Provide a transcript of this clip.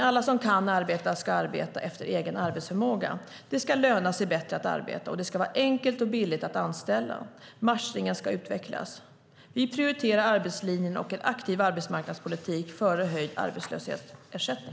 Alla som kan arbeta ska arbeta efter egen arbetsförmåga. Det ska löna sig bättre att arbeta. Det ska vara enkelt och billigt att anställa. Matchningen ska utvecklas. Vi prioriterar arbetslinjen och en aktiv arbetsmarknadspolitik före höjd arbetslöshetsersättning.